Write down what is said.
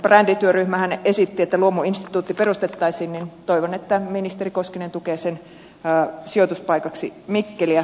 brändityöryhmähän esitti että luomuinstituutti perustettaisiin niin toivon että ministeri koskinen tukee sen sijoituspaikaksi mikkeliä